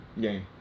game